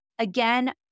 Again